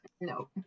No